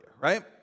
right